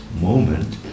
moment